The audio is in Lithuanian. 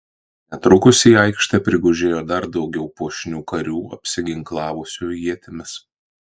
netrukus į aikštę prigužėjo dar daugiau puošnių karių apsiginklavusių ietimis